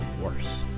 worse